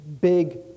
big